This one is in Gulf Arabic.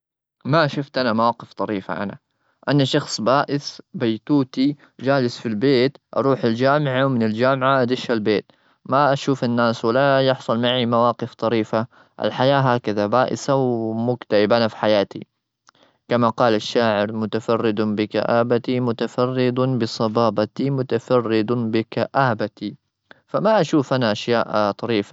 ما شفت أنا مواقف طريفة أنا. أنا شخص بائس، بيتوتي، جالس في البيت. أروح الجامعة ومن الجامعة أدش البيت. ما أشوف الناس ولا يحصل معي مواقف طريفة. الحياة هكذا بائسة ومكتئبة أنا في حياتي. كما قال الشاعر: "متفرد بكآبتي، متفرد بصبابتي، متفرد بكآبتي." فما أشوف أنا أشياء طريفة.